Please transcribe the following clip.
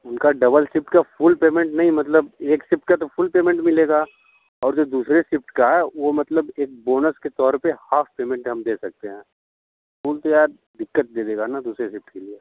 उनका double shift का full payment नहीं मतलब एक शिफ़्ट का तो फूल पेमेंट मिलेगा और जो दूसरे शिफ़्ट का वो मतलब एक बोनस के तौर पर हाफ़ पेमेंट हम दे सकते हैं फूल तो यार दिक्कत दे देगा न दूसरे शिफ़्ट के लिए